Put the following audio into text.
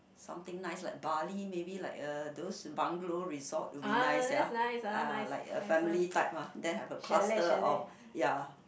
something nice like Bali maybe like uh those bungalow resort would be nice ya ah like a family type then have a cluster of ya